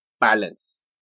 balance